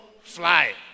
fly